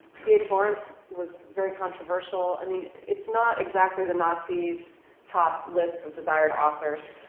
dh lawrence was very controversial. i mean, it's not exactly the nazi's top list of desired authors.